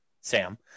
Sam